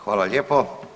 Hvala lijepo.